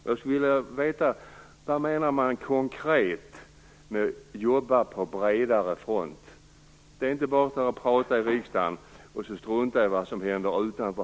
Jag skulle vilja veta vad som konkret menas med att jobba på bredare front. Det går inte bara att stå här och tala i riksdagen och sedan strunta i vad som händer utanför.